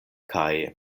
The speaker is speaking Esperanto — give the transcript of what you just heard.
kaj